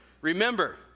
Remember